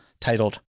titled